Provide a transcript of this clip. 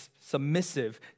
submissive